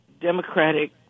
democratic